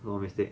什么 mistake